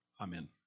Amen